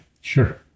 Sure